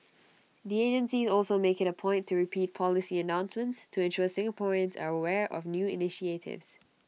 the agencies also make IT A point to repeat policy announcements to ensure Singaporeans are aware of new initiatives